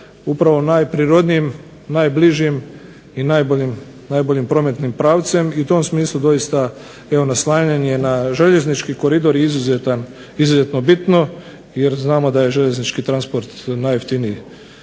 upravo najprirodnijim, najbližim i najboljim prometnim pravcem. I u tom smislu doista naslanjanje na željeznički koridor je izuzetno bitno jer znamo da je željeznički transport najjeftiniji